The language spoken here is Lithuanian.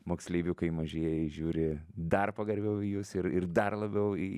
moksleiviukai mažieji žiūri dar pagarbiau į jus ir ir dar labiau į